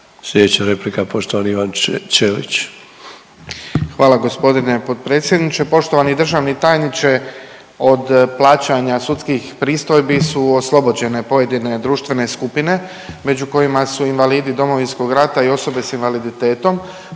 Slijedeća replika poštovani Ivan Ćelić. **Ćelić, Ivan (HDZ)** Hvala gospodine potpredsjedniče. Poštovani državni tajniče od plaćanja sudskih pristojbi su oslobođene pojedine društvene skupine među kojima su invalidi Domovinskog rata i osobe s invaliditetom.